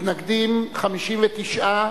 מתנגדים 59,